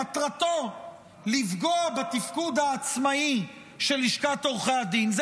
מטרתו לפגוע בתפקוד העצמאי של לשכת עורכי הדין.